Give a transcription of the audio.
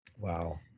Wow